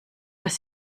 das